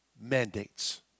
mandates